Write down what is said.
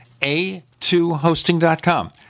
a2hosting.com